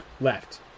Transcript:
left